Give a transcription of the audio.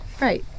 Right